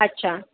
अच्छा